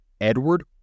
Edward